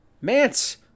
Mance